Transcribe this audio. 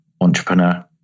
entrepreneur